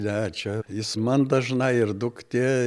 ne čia jis man dažnai ir duktė